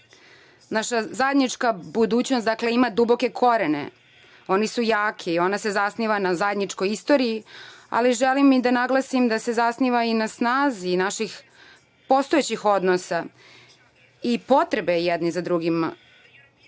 zajednička budućnost ima duboke korene, oni su jaki i ona se zasniva na zajedničkoj istoriji, ali želim da naglasim da se zasniva i na snazi naših postojećih odnosa i potrebe jedni za drugima.